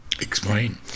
Explain